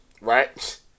Right